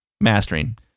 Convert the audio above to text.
mastering